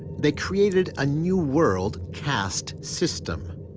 they created a new world caste system.